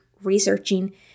researching